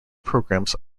programs